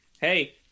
hey